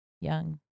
young